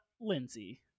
Lindsay